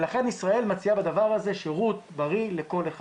לכן ישראל מציעה בדבר הזה שירות בריאות לכל אחד.